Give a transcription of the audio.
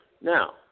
Now